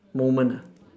moment ah